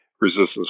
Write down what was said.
resistance